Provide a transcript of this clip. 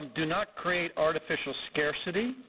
um do not create artificial scarcity.